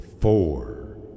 four